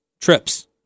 trips